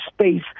space